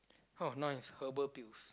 oh now is herbal pills